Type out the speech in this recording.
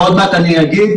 ועוד מעט אני אגיד,